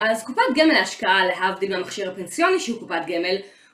אז קופת גמל להשקעה להבדיל המכשיר הפנסיוני שהוא קופת גמל